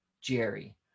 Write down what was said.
Jerry